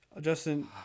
Justin